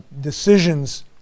decisions